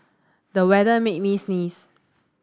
the weather made me sneeze